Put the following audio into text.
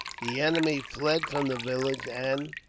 the enemy fled from the village and,